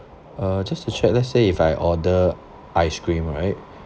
uh just to check let's say if I order ice cream right